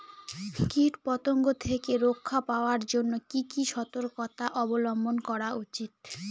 কীটপতঙ্গ থেকে রক্ষা পাওয়ার জন্য কি কি সর্তকতা অবলম্বন করা উচিৎ?